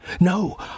No